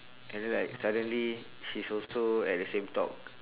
and then like suddenly she's also at the same talk